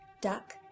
Duck